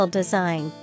design